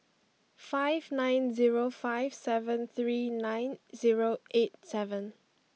five nine zero five seven three nine zero eight seven